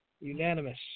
Unanimous